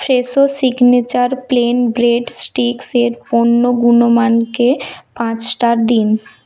Fresho signature plain bread sticks এর পণ্য গুণমানকে পাঁচ স্টার দিন